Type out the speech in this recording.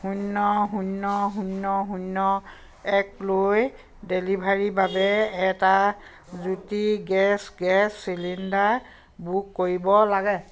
শূন্য শূন্য শূন্য শূন্য একলৈ ডেলিভাৰীৰ বাবে এটা Jyoti gas gas cylinder book কৰিব লাগে